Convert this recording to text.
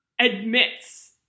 admits